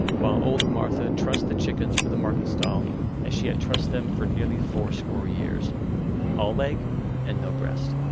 while old martha trussed the chickens for the market-stall as she had trussed them for nearly fourscore years all leg and no breast.